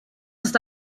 ist